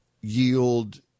yield